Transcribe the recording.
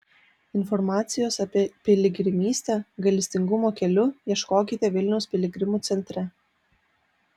informacijos apie piligrimystę gailestingumo keliu ieškokite vilniaus piligrimų centre